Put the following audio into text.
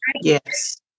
yes